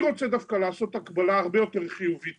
אני רוצה לעשות הקבלה הרבה יותר חיובית